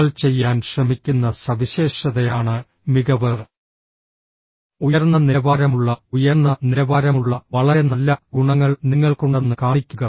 നിങ്ങൾ ചെയ്യാൻ ശ്രമിക്കുന്ന സവിശേഷതയാണ് മികവ് ഉയർന്ന നിലവാരമുള്ള ഉയർന്ന നിലവാരമുള്ള വളരെ നല്ല ഗുണങ്ങൾ നിങ്ങൾക്കുണ്ടെന്ന് കാണിക്കുക